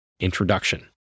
Introduction